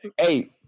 Hey